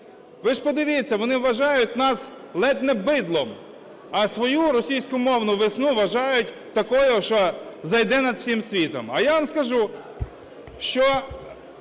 Ви ж подивіться, вони вважають нас ледь не бидлом, а свою "російськомовну весну" вважають такою, що зійде над всім світом. А я вам скажу, що